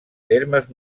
termes